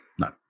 No